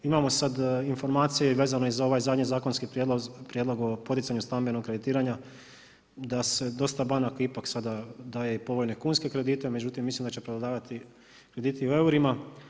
Imamo sad informacije vezano i za ovaj zadnji zakonski prijedlog o poticanju stambenog kreditiranja da se dosta banaka ipak sada daje i povoljne kunske kredite, međutim mislim da će prevladavati krediti u eurima.